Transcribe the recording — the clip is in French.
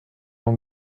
l’an